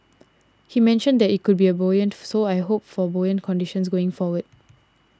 he mentioned that it could be buoyant so I hope for buoyant conditions going forward